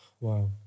Wow